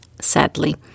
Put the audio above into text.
Sadly